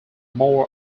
more